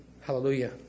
Hallelujah